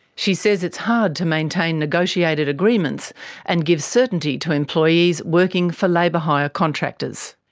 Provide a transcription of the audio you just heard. she says it's hard to maintain negotiated agreements and give certainty to employees working for labour hire contractors.